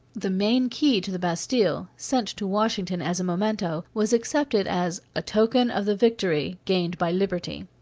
the main key to the bastille, sent to washington as a memento, was accepted as a token of the victory gained by liberty.